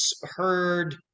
heard